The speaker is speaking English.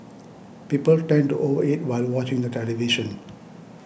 people tend to over eat while watching the television